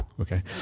Okay